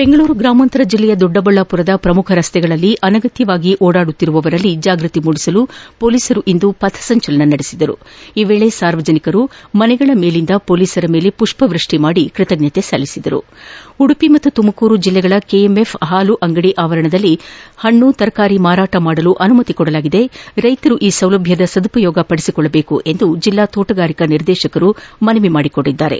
ಬೆಂಗಳೂರು ಗ್ರಾಮಾಂತರ ಜಿಲ್ಲೆಯ ದೊಡ್ಡಬಳ್ಳಾಪುರದ ಶ್ರಮುಖ ರಸ್ತೆಗಳಲ್ಲಿ ಅನವಕ್ಕಕವಾಗಿ ತಿರುಗಾಡುವವರಲ್ಲಿ ಜಾಗೃತಿ ಮೂಡಿಸಲು ಪೊಲೀಸರು ಪಥಸಂಚಲನ ನಡೆಸಿದ್ದು ಈ ವೇಳೆ ಸಾರ್ವಜನಿಕರು ಮನೆಯ ಮೇಲಿಂದ ಪೊಲೀಸರ ಮೇಲೆ ಪುಷ್ಪವೃಷ್ಟಿ ಮಾಡಿ ಕೃತಜ್ಞತೆ ಸಲ್ಲಿಸಿದರು ಪಿಟಿಸಿ ಉಡುಪಿ ಮತ್ತು ತುಮಕೂರು ಜಿಲ್ಲೆಗಳ ಕೆ ಎಂ ಎಫ್ ಹಾಲು ಅಂಗಡಿ ಆವರಣದಲ್ಲಿ ಹಣ್ಣು ತರಕಾರಿ ಮಾರಾಟ ಮಾಡಲು ಅನುಮತಿ ನೀಡಲಾಗಿದ್ದು ರೈತರು ಈ ಸೌಲಭ್ಯವನ್ನು ಬಳಸಿಕೊಳ್ಳಬೇಕೆಂದು ಜಿಲ್ಲಾ ತೋಟಗಾರಿಕಾ ನಿರ್ದೇಶಕರು ಮನವಿ ಮಾಡಿದ್ದಾರೆ